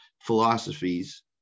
philosophies